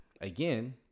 Again